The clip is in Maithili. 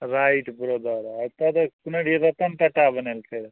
राइट ब्रदर आ तबे सुनै रहियै रतन टाटा बनेलकै रहए